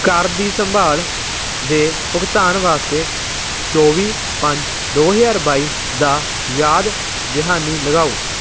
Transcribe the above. ਘਰ ਦੀ ਸੰਭਾਲ ਦੇ ਭੁਗਤਾਨ ਵਾਸਤੇ ਚੌਵੀ ਪੰਜ ਦੋ ਹਜ਼ਾਰ ਬਾਈ ਦਾ ਯਾਦ ਦਹਾਨੀ ਲਗਾਓ